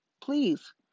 please